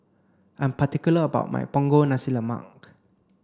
I'm particular about my Punggol Nasi Lemak